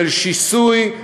של שיסוי,